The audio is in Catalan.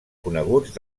coneguts